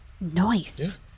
Nice